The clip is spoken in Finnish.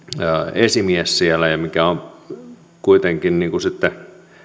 esimies siellä ja kuitenkin sitten